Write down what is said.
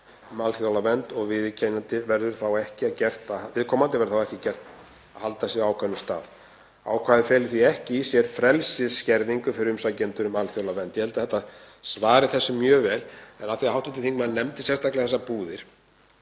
um alþjóðlega vernd og viðkomandi verður þá ekki gert að halda sig á ákveðnum stað og ákvæðið feli því ekki í sér frelsisskerðingu fyrir umsækjendur um alþjóðlega vernd. Ég held að þetta svari þessu mjög vel. En af því að hv. þingmaður nefndi sérstaklega þessar búðir